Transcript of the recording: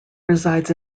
resides